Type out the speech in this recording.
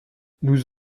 nous